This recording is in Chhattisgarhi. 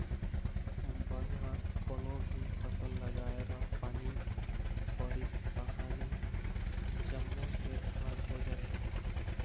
बन ह कोनो भी फसल लगाए र पानी परिस तहाँले जम्मो खेत भर हो जाथे